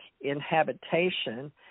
inhabitation